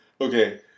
Okay